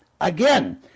again